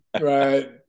Right